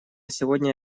сегодня